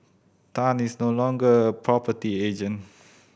Tan is no longer a property agent